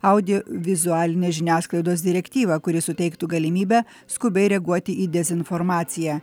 audiovizualinės žiniasklaidos direktyvą kuri suteiktų galimybę skubiai reaguoti į dezinformaciją